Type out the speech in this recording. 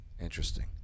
Interesting